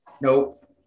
Nope